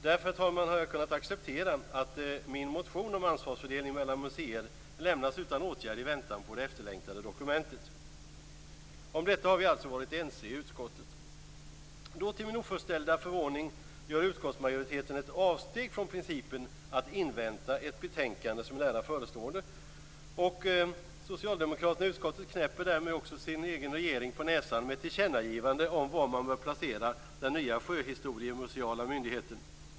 Därför herr talman, har jag kunnat acceptera att min motion om ansvarsfördelningen mellan museer lämnas utan åtgärd i väntan på det efterlängtade dokumentet. Om detta har vi alltså varit ense i utskottet. Då gör till min oförställda förvåning utskottsmajoriteten ett avsteg från principen att invänta ett betänkande som är nära förestående, och socialdemokraterna i utskottet knäpper därmed också sin egen regering på näsan med ett tillkännagivande om var man bör placera den nya sjöhistoriemuseala myndigheten.